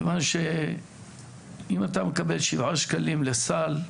כיוון שאם אתה מקבל שבעה שקלים לסל,